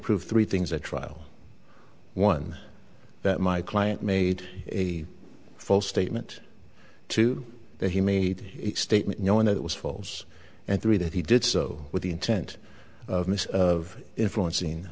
prove three things at trial one that my client made a false statement to that he made a statement knowing it was false and three that he did so with the intent of influencing